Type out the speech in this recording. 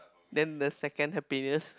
then the second happiest